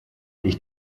ich